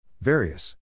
Various